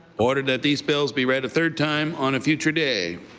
ordered that these bills be read a third time on a future day.